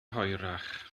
hwyrach